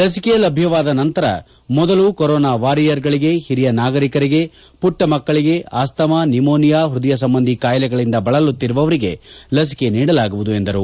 ಲಸಿಕೆ ಲಭ್ಯವಾದ ನಂತರ ಮೊದಲು ಕೊರೋನಾ ವಾರಿಯರ್ಗಳಿಗೆ ಹಿರಿಯ ನಾಗಂಕರಿಗೆ ಪುಟ್ಟ ಮಕ್ಕಳಿಗೆ ಆಸ್ತಮ ನಿಮೋನಿಯಾ ಪ್ಯದಯ ಸಂಬಂಧಿ ಕಾಯುಲೆಗಳಿಂದ ಬಳಲುತ್ತಿರುವವರಿಗೆ ಲಸಿಕೆ ನೀಡಲಾಗುವುದು ಎಂದರು